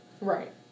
Right